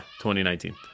2019